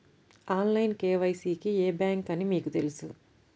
Online KYC కి ఏ bank అని మీకు తెలుసా?